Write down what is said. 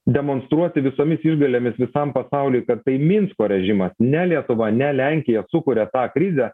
demonstruoti visomis išgalėmis visam pasauliui kad tai minsko režimas ne lietuva ne lenkija sukuria tą krizę